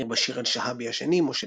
האמיר בשיר אל-שהאבי השני ,